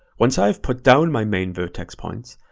once i've put down my main vertex points,